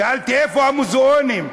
שאלתי: איפה המוזיאונים?